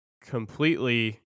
completely